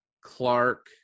Clark